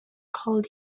called